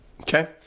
Okay